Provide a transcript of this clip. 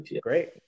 Great